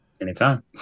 Anytime